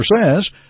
says